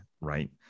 right